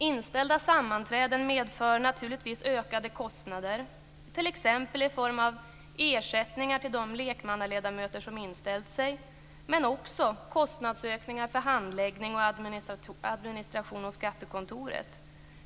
Inställda sammanträden medför naturligtvis ökade kostnader, t.ex. i form av ersättningar till de lekmannaledamöter som inställt sig, men också kostnadsökningar för handläggning och administration hos skattekontoret.